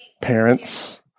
Parents